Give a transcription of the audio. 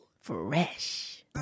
Fresh